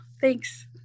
thanks